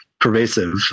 pervasive